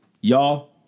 y'all